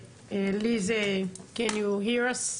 ליז האם את שומעת אותנו?